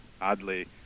oddly